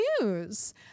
News